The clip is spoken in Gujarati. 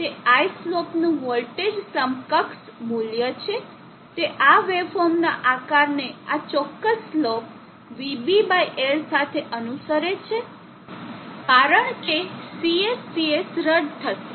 તે I સ્લોપનું વોલ્ટેજ સમકક્ષ મૂલ્ય છે તે આ વેવફોર્મના આકારને આ ચોક્કસ સ્લોપ vBL સાથે અનુસરે છે કારણ કે CS CS રદ થશે